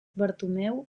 bartomeu